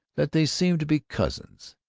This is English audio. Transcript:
that they seemed to be cousins,